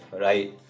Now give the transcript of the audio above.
right